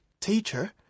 Teacher